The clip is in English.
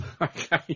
Okay